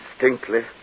distinctly